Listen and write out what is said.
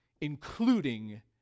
including